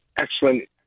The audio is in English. excellent